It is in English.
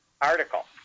article